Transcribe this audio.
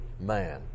Man